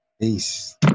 peace